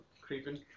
creeping